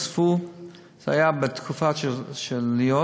זה היה בתקופה שלי,